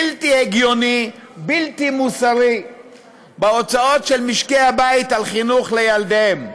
בלתי הגיוני ובלתי מוסרי בהוצאות של משקי הבית על חינוך לילדיהם.